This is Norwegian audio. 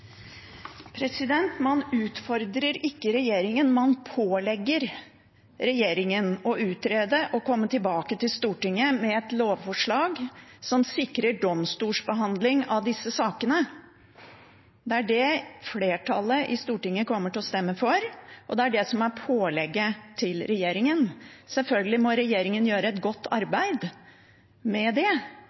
og komme tilbake til Stortinget med et lovforslag som sikrer domstolsbehandling av disse sakene. Det er det flertallet i Stortinget kommer til å stemme for, og det er det som er pålegget til regjeringen. Selvfølgelig må regjeringen gjøre et godt arbeid med det